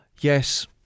Yes